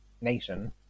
nation